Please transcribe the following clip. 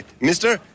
mister